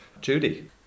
Judy